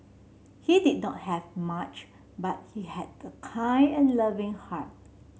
he did not have much but he had a kind and loving heart